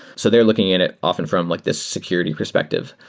so they're looking at it often from like this security perspective.